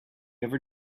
ever